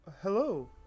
hello